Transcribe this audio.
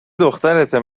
دخترته